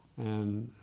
and